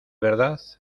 verdad